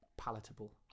palatable